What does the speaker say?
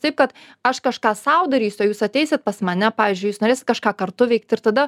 taip kad aš kažką sau darysiu o jūs ateisit pas mane pavyzdžiui jūs norėsit kažką kartu veikt ir tada